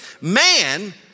Man